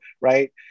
right